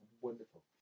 wonderful